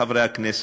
חברי הכנסת.